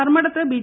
ധർമ്മടത്ത് B